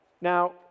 Now